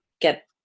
get